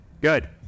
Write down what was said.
good